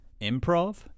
Improv